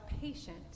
patient